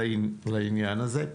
לעניין הזה.